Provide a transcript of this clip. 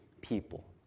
people